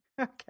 okay